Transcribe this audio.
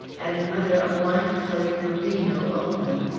and mother a wine-colored merino, only.